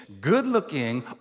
good-looking